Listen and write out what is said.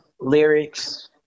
lyrics